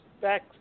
back